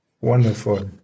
Wonderful